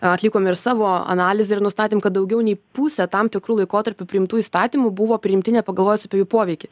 atlikom ir savo analizę ir nustatėm kad daugiau nei pusė tam tikru laikotarpiu priimtų įstatymų buvo priimti nepagalvojus apie jų poveikį